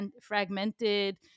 fragmented